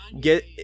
get